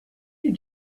you